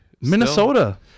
Minnesota